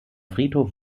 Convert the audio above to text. friedhof